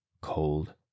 Cold